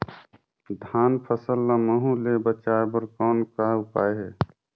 धान फसल ल महू ले बचाय बर कौन का उपाय हे?